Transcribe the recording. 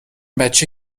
بچه